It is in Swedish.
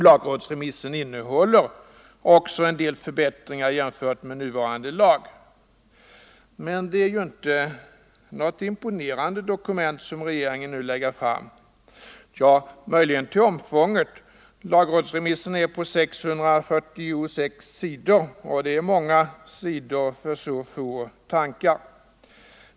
Lagrådsremissen innehåller också en del förbättringar jämfört med nuvarande lag. Men det är ju inte något imponerande dokument som regeringen nu lägger fram = utom möjligen till omfånget. Lagrådsremissen är på 646 sidor, och det är många sidor för så få tankar.